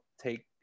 take